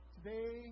Today